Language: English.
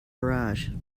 garage